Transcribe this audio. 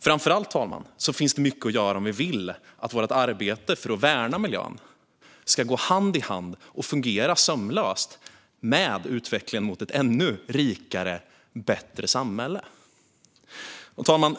Framför allt, fru talman, finns det mycket att göra om vi vill att vårt arbete för att värna miljön ska gå hand i hand och fungera sömlöst med utvecklingen mot ett ännu rikare och bättre samhälle.